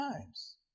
times